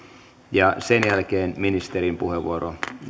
ja sen jälkeen ministerin puheenvuoro